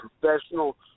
Professional